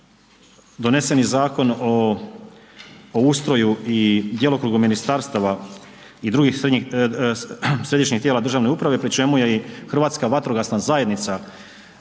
doneseni Zakon o ustroju i djelokrugu ministarstava i drugih središnjih tijela državne uprave, pri čemu je i Hrvatska vatrogasna zajednica stavljena